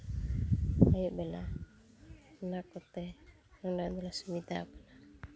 ᱟᱹᱭᱩᱵ ᱵᱮᱞᱟ ᱚᱱᱟᱠᱚᱛᱮ ᱚᱱᱟ ᱜᱮᱞᱮ ᱥᱩᱵᱤᱛᱟᱣ ᱠᱟᱱᱟ